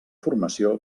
formació